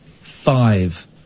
Five